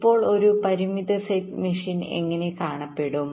അപ്പോൾ ഒരു പരിമിത സെറ്റ് മെഷീൻ എങ്ങനെ കാണപ്പെടും